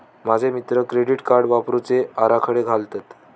माझे मित्र credit card वापरुचे आराखडे घालतत